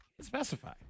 Specify